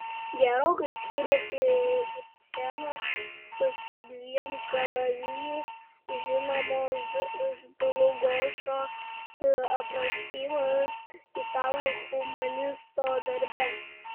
gerokai skiriasi ir scenos su dviem kalavijais žinomos iš dlugošo aprašymas italų humanisto darbe